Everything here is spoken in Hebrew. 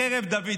בחרב דוד".